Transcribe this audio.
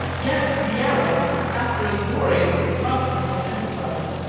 yet the arabs, after a glorious and profitable enterprise,